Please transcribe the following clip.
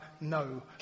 no